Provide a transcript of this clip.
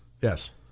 Yes